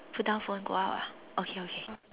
put down phone go out ah okay okay